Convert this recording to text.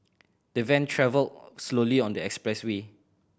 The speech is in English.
the van travelled slowly on the expressway